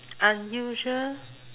unusual